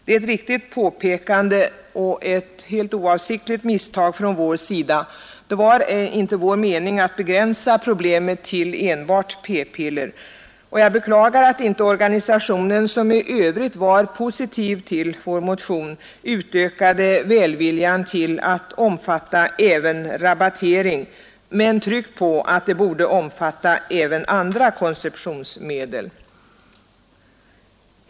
Det är ett riktigt påpekande och ett oavsiktligt misstag från vår sida — det var inte vår mening att begränsa problemet till enbart p-piller — och jag beklagar att inte organisationen, som i övrigt var positiv till motionen, utökade välviljan till att omfatta även rabattering — men tryckt på att den borde omfatta även andra antikonceptionsmedel.